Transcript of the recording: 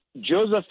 joseph